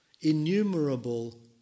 innumerable